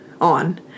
on